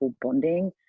bonding